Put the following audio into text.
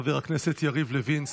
חבר הכנסת יריב לוין,